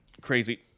crazy